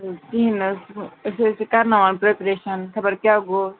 کِہیٖنۍ حظ أسۍ حظ چھِ کَرناوان پرٛپریشَن خَبر کیاہ گوٚو